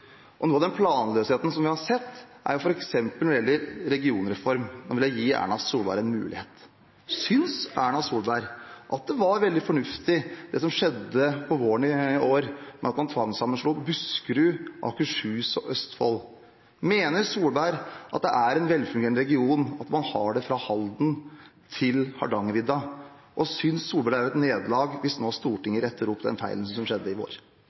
Noe av den planløsheten som vi har sett, gjelder f.eks. regionreformen. Nå vil jeg gi Erna Solberg en mulighet: Synes Erna Solberg det var veldig fornuftig, det som skjedde på våren i år, at man tvangssammenslo Buskerud, Akershus og Østfold? Mener Solberg det er en velfungerende region, at man har den fra Halden til Hardangervidda? Og synes Solberg det er et nederlag hvis Stortinget nå retter opp den feilen som skjedde i vår?